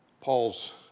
Paul's